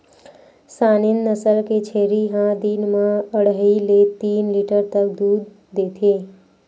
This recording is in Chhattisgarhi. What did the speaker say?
सानेन नसल के छेरी ह दिन म अड़हई ले तीन लीटर तक दूद देथे